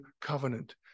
covenant